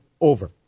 over